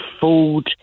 food